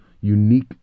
unique